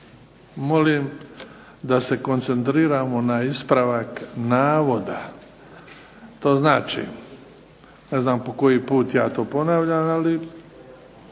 molim da se koncentriramo na ispravak navoda. To znači, ne znam po koji put ja to ponavljam, ali